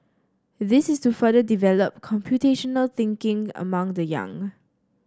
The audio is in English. this is to further develop computational thinking among the young